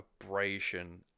abrasion